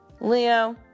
Leo